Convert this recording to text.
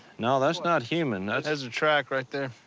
no that's not human that's there's a track right there.